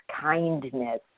kindness